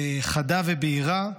חדה ובהירה.